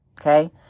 okay